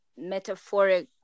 metaphoric